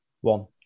one